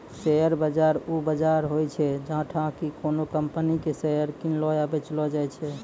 share बाजार उ बजार होय छै जैठां कि कोनो कंपनी के शेयर किनलो या बेचलो जाय छै